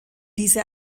diese